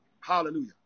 Hallelujah